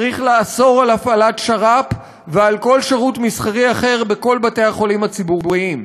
צריך לאסור הפעלת שר"פ וכל שירות מסחרי אחר בכל בתי-החולים הציבוריים,